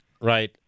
Right